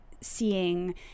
seeing